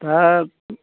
दा